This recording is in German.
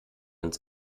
ins